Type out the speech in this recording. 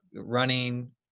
running